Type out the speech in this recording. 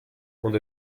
und